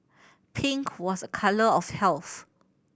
pink was a colour of health